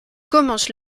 commence